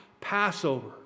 Passover